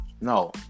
no